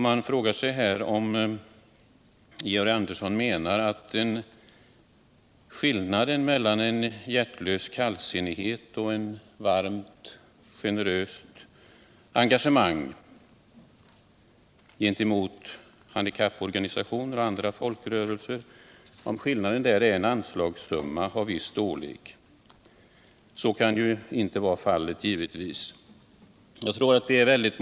Jag frågar mig då om Georg Andersson menar att skillnaden mellan en hjärtlös kallsinnighet och ett varmt, generöst engagemang för handikapporganisationer och andra folkrörelser kan anges med en anslagssumma av viss storleksordning. Så kan givetvis inte vara fallet.